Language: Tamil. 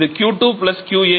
இது Q2 QA